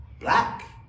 black